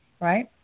right